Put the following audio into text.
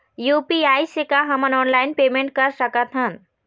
UPI से का हमन ऑनलाइन पेमेंट कर सकत हन?